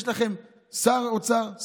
יש לכם שר אוצר,